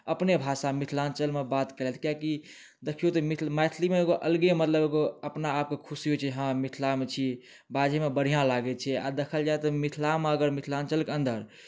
अपने भाषा मिथलाञ्चलमे बात कयलथि किएकि देखियौ तऽ मिथ मैथलीमे एगो अलगे मतलब एगो अपनाआप कऽ खुशी होइत छै हँ मिथलामे छी बाजैमे बढ़िआँ लागैत छै आ देखल जाए तऽ मिथलामे अगर मिथलाञ्चलकऽ अन्दर